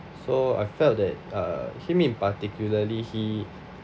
so I felt that uh him in particularly he